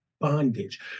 bondage